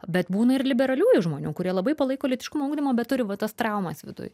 bet būna ir liberaliųjų žmonių kurie labai palaiko lytiškumo ugdymą bet turi va tas traumas viduj